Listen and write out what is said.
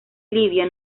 libia